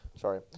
Sorry